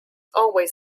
always